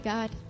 God